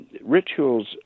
rituals